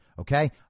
okay